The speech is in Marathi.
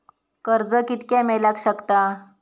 कर्ज कितक्या मेलाक शकता?